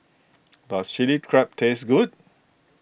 does Chilli Crab taste good